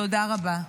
תודה רבה.